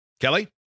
Kelly